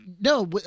No